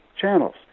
channels